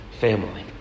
family